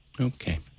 Okay